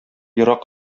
ерак